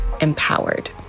empowered